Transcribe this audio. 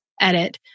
edit